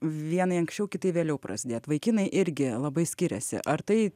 vienai anksčiau kitai vėliau prasidėt vaikinai irgi labai skiriasi ar tai